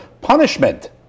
punishment